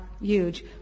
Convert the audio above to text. huge